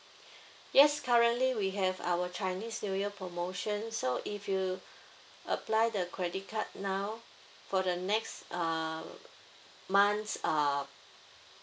yes currently we have our chinese new year promotion so if you apply the credit card now for the next uh month uh